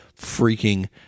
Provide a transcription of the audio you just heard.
freaking